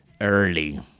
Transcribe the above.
early